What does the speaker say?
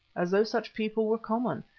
as though such people were common,